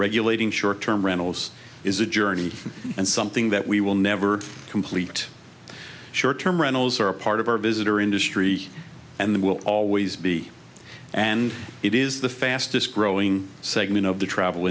regulating short term rentals is a journey and something that we will never complete short term rentals are a part of our visitor industry and there will always be and it is the fastest growing segment of the travel